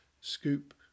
scoop